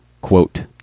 Quote